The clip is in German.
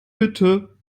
bitte